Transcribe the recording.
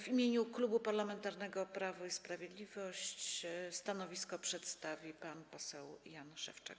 W imieniu Klubu Parlamentarnego Prawo i Sprawiedliwość stanowisko przedstawi pan poseł Jan Szewczak.